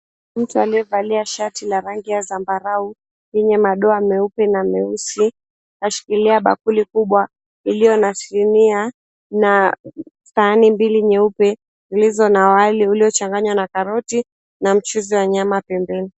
Mtu aliyevalia shati la rangi ya zambarau yenye madoa meupe na meusi ashikilia bakuli kubwa iliyo na sinia na sahani mbili nyeupe zilizo na wali uliochanganywa na karoti, na mchuzi wa nyama pembeni.